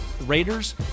Raiders